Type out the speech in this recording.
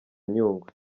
nyungwe